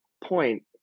point